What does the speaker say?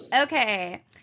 okay